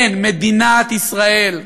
כן, מדינת ישראל,